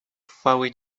chwały